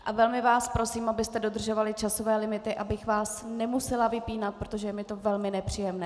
A velmi vás prosím, abyste dodržovali časové limity, abych vás nemusela vypínat, protože je mi to velmi nepříjemné.